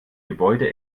gebäude